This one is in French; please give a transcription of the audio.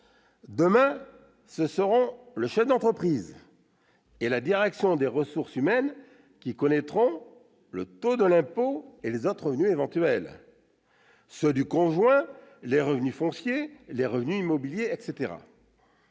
Demain, ce sont le chef d'entreprise et la direction des ressources humaines qui connaîtront le taux de l'impôt et les autres revenus éventuels du salarié, mais aussi de ceux du conjoint, ses revenus fonciers, ses revenus immobiliers, etc.